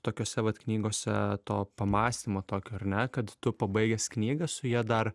tokiose vat knygose to pamąstymo tokio ar ne kad tu pabaigęs knygą su ja dar